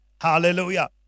Hallelujah